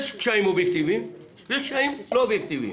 ראינו שיש קשיים אובייקטיביים וקשיים לא אובייקטיביים.